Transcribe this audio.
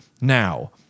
now